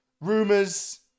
rumors